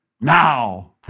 now